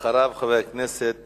אחריו, חבר הכנסת